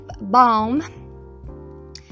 balm